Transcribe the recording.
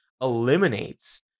eliminates